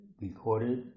recorded